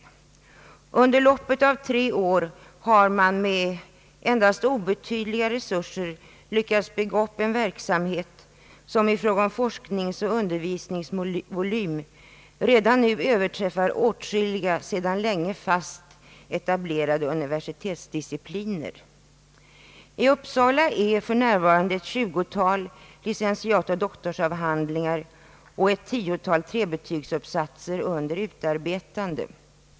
Under loppet av tre år har man med endast obetydliga resurser lyckats bygga upp en verksamhet som i fråga om forskningsoch undervisningsvolym redan nu överträffar åtskilliga sedan länge fast etablerade universitetsdiscipliner. I Uppsala är för närvarande ett 20-tal licentiatoch doktorsavhandlingar och ett 10-tal trebetygsuppsatser under utarbetande.